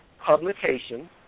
Publication